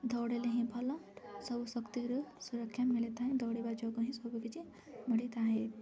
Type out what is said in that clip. ଦୌଡ଼ିଲେ ହିଁ ଭଲ ସବୁ ଶକ୍ତିରୁ ସୁରକ୍ଷା ମିଳିଥାଏ ଦୌଡ଼ିବା ଯୋଗୁଁ ହିଁ ସବୁକିଛି ମିଳିଥାଏ